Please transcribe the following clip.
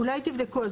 אולי תבדקו.